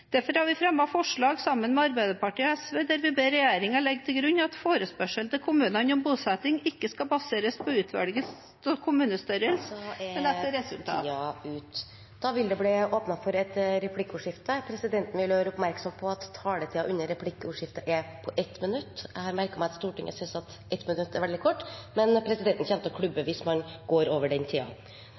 Derfor har vi fremmet et forslag sammen med Arbeiderpartiet og SV der vi ber regjeringen legge til grunn at forespørsel til kommunene om bosetting ikke skal baseres på utvelgelse av kommuner etter størrelse, men etter resultater. Det blir replikkordskifte. Presidenten vil gjøre oppmerksom på at taletiden under replikkordskiftet er på 1 minutt. Presidenten har merket seg at Stortinget synes 1 minutt er veldig kort tid, men vil klubbe hvis man går over den